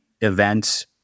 events